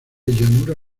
llanura